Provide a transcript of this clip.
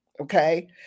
Okay